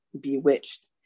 bewitched